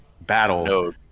battle